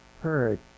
heard